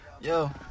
yo